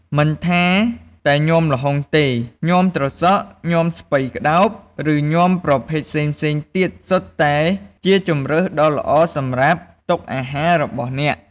មិនថាតែញាំល្ហុងទេ ញាំត្រសក់ ញាំស្ពៃក្តោប ឬញាំប្រភេទផ្សេងៗទៀតសុទ្ធតែជាជម្រើសដ៏ល្អសម្រាប់តុអាហាររបស់អ្នក។